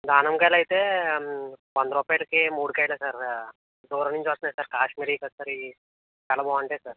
దానిమ్మ కాయలు అయితే వంద రూపాయలకి మూడు కాయలు సార్ దూరం నుంచి వస్తున్నాయి సార్ కాశ్మీరీ అవి కదా సార్ ఇవి చాలా బాగుంటాయి సార్